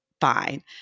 fine